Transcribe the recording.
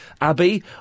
Abby